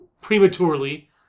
prematurely